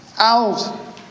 out